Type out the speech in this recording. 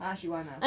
!huh! she want ah